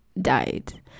died